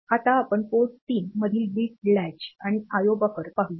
आता आपण पोर्ट 3 मधील बिट लॅच आणि आयओ बफर पाहूया